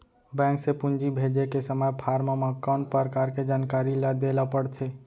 Bank से पूंजी भेजे के समय फॉर्म म कौन परकार के जानकारी ल दे ला पड़थे?